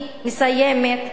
אני מסיימת.